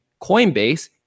Coinbase